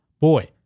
boy